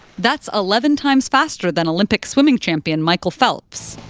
that's eleven times faster than olympic swimming champion michael phelps.